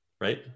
Right